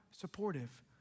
supportive